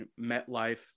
MetLife